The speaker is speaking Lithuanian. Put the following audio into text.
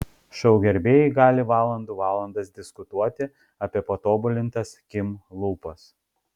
šou gerbėjai gali valandų valandas diskutuoti apie patobulintas kim lūpas